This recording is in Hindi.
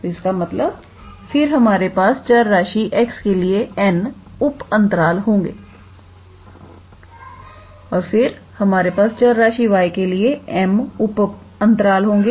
तो इसका मतलब फिर हमारे पास चर राशि x के लिए n ऊप अंतराल होंगे और फिर हमारे पास चर राशि y के लिए m उप अंतराल होंगे